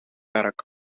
werk